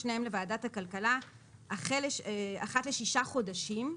שניהם לוועדת הכלכלה אחת לשישה חודשים,